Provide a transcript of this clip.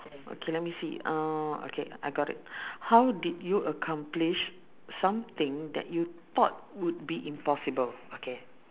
okay let me see uh okay I got it how did you accomplish something that you thought would be impossible okay